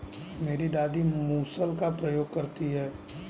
मेरी दादी मूसल का प्रयोग करती हैं